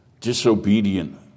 disobedient